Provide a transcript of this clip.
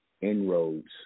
inroads